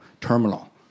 terminal